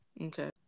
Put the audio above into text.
Okay